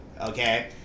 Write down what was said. Okay